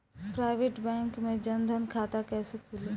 Private bank मे जन धन खाता कैसे खुली?